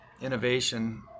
innovation